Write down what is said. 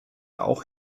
auch